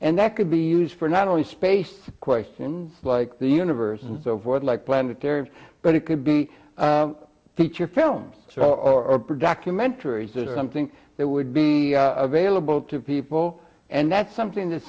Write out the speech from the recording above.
and that could be used for not only space questions like the universe and so forth like planetary but it could be feature films so or oprah documentaries or something that would be available to people and that's something that